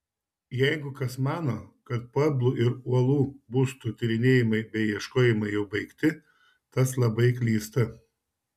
jeigu kas mano kad pueblų ir uolų būstų tyrinėjimai bei ieškojimai jau baigti tas labai klysta